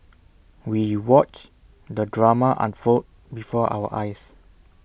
we watched the drama unfold before our eyes